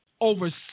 Over